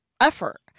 effort